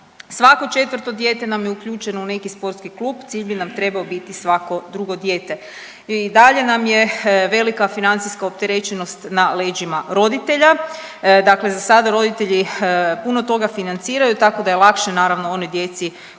Svako 4 dijete nam je uključeno u neki sportski klub, cilj bi nam trebao biti svako 2 dijete. I dalje nam je velika financijska opterećenost na leđima roditelja, dakle za sada roditelji puno toga financiraju tako da je lakše naravno onoj djeci koja